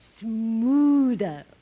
smoother